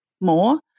more